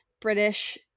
British